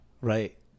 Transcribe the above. right